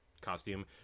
Costume